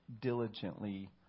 diligently